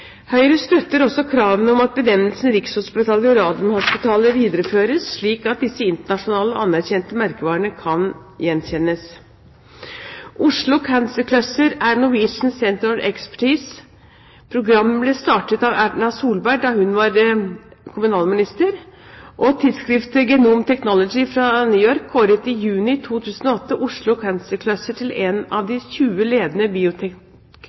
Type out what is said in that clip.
Høyre støtter også kravene om at benevnelsene Rikshospitalet og Radiumhospitalet videreføres, slik at disse internasjonalt anerkjente merkevarenavnene kan gjenkjennes. Oslo Cancer Cluster er et Norwegian Centre of Expertise. Programmet ble startet av Erna Solberg da hun var kommunalminister. Tidsskriftet Genome Technology fra New York kåret i juni 2008 Oslo Cancer Cluster til en av de 20 ledende